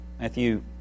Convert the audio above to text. Matthew